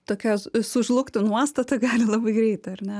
tokios sužlugtų nuostata gali labai greit ar ne